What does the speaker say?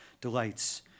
delights